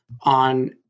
on